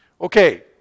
Okay